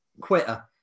quitter